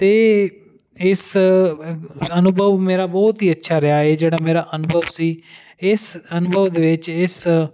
ਅਤੇ ਇਸ ਅਨੁਭਵ ਮੇਰਾ ਬਹੁਤ ਹੀ ਅੱਛਾ ਰਿਹਾ ਇਹ ਜਿਹੜਾ ਮੇਰਾ ਅਨੁਭਵ ਸੀ ਇਸ ਅਨੁਭਵ ਦੇ ਵਿੱਚ ਇਸ